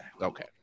Okay